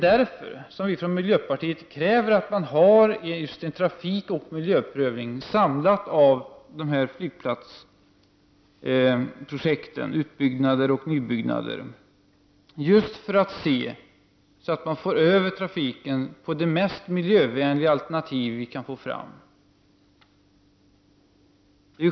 Därför kräver vi från miljöpartiet att man gör en samlad trafikoch miljöprövning av flygplatsprojekten, utbyggnad och nybyggnad. Detta skall göras för att man skall kunna flytta över trafiken till det mest miljövänliga alternativ som vi kan få fram.